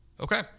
Okay